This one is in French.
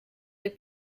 des